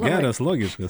geras logiškas